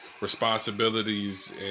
responsibilities